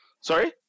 Sorry